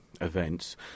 events